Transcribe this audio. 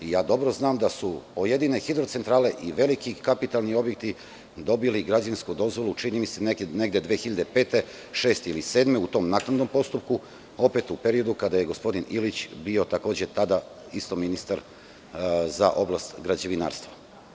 Ja dobro znam da su pojedine hidrocentrale i veliki kapitalni objekti dobili građevinsku dozvolu, čini mi se negde 2005, 2006. ili 2007. godine, u tom naknadnom postupku, opet u periodu kada je gospodin Ilić bio takođe tada isto ministar za oblast građevinarstva.